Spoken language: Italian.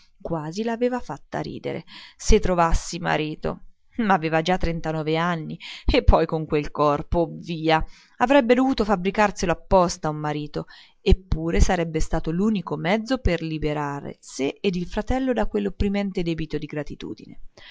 quasi l'aveva fatta ridere se trovassi marito ma aveva già trentanove anni e poi con quel corpo oh via avrebbe dovuto fabbricarselo apposta un marito eppure sarebbe stato l'unico mezzo per liberar sé e il fratello da quell'opprimente debito di gratitudine